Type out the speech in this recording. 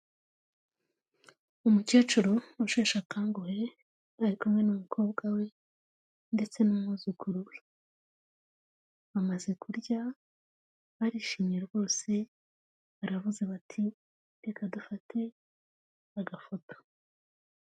Umukecuru usheshe akanguhe ari kumwe n'umukobwa we ndetse n'umwuzukuru we, bamaze kurya, barishimye rwose baravuze bati "reka dufate agafoto."